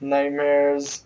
Nightmares